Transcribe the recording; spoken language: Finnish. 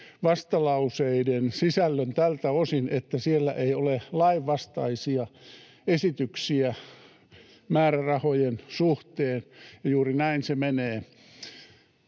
vastalauseiden sisällön tältä osin, että siellä ei ole lainvastaisia esityksiä määrärahojen suhteen, ja juuri näin se menee.